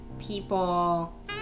people